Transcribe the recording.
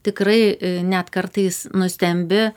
tikrai net kartais nustembi